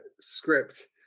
script